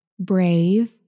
brave